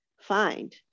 find